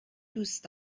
دوست